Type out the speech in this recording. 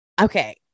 Okay